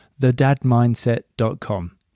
thedadmindset.com